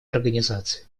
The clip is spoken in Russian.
организации